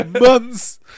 Months